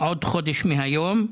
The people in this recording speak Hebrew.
עוד חודש מהיום,